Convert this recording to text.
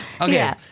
Okay